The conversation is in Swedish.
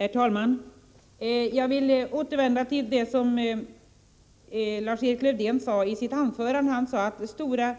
Herr talman! Jag vill återvända till det som Lars-Erik Lövdén sade i sitt anförande, att de stora